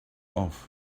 off